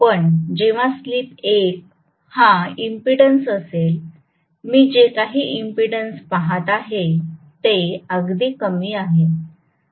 पण जेव्हा स्लिप 1 हा इम्पीडन्स असेल मी जे काही इम्पीडन्स पाहत आहे ते अगदी कमी आहे